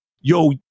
Yo